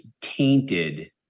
tainted